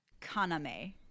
Kaname